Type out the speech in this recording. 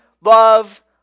love